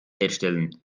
herstellen